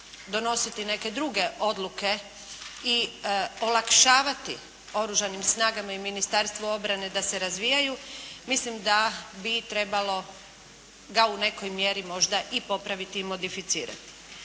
donositi neke druge odluke i olakšavati Oružanim snagama i Ministarstvu obrane da se razvijaju mislim da bi trebalo ga u nekoj mjeri možda i popraviti i modificirati.